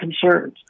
concerns